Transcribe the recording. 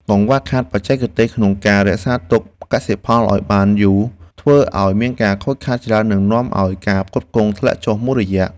កង្វះខាតបច្ចេកទេសក្នុងការរក្សាទុកកសិផលឱ្យបានយូរធ្វើឱ្យមានការខូចខាតច្រើន និងនាំឱ្យការផ្គត់ផ្គង់ធ្លាក់ចុះមួយរយៈ។